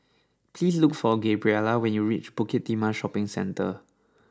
please look for Gabriella when you reach Bukit Timah Shopping Centre